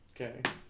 Okay